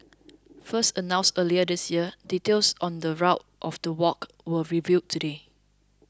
first announced earlier this year details on the route of the walk were revealed today